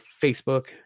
Facebook